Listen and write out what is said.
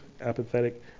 apathetic